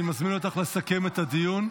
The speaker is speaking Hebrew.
אני מזמין אותך לסכם את הדיון.